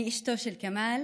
אני אשתו של כמאל